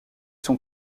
son